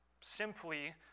simply